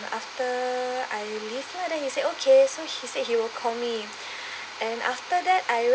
after I leave lah then he said okay so he said he will call me and after that I went